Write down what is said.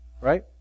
right